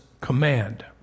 command